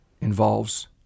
involves